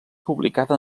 publicada